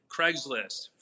Craigslist